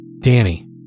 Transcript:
Danny